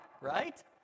right